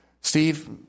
Steve